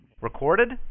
Recorded